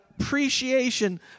appreciation